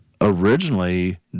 originally